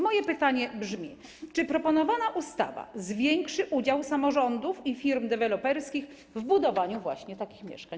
Moje pytanie brzmi: Czy proponowana ustawa zwiększy udział samorządów i firm deweloperskich w budowaniu takich mieszkań?